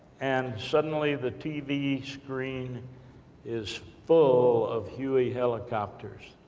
and suddenly, the tv screen is full of huey helicopters.